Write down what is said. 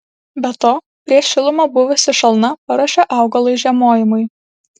be to prieš šilumą buvusi šalna paruošė augalui žiemojimui